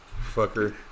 Fucker